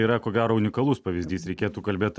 yra ko gero unikalus pavyzdys reikėtų kalbėt